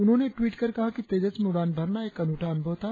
उन्होंने टवीट कर कहा कि तेजस में उड़ान भरना एक अनूठा अनुभव था